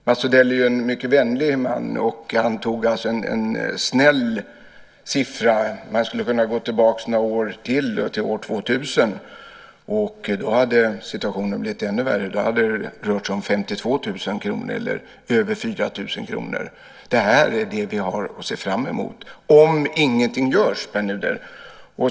Mats Odell är ju en mycket vänlig man och tog alltså en snäll siffra. Man skulle kunna gå tillbaka några år till, till år 2000. Då hade situationen blivit ännu värre. Då hade det rört sig om 52 000 kr eller över 4 000 i månaden. Detta är vad vi har att se fram emot - om ingenting görs, Pär Nuder!